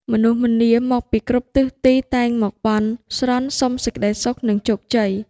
មនុស្សម្នាមកពីគ្រប់ទិសទីតែងតែមកបន់ស្រន់សុំសេចក្ដីសុខ និងជោគជ័យ។